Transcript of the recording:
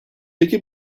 peki